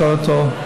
לשאול אותו.